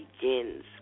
begins